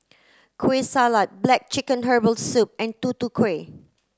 Kueh Salat black chicken herbal soup and Tutu Kueh